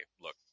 look